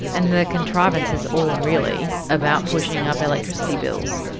and the contrivance is all really about pushing up electricity bills?